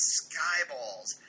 skyballs